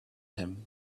him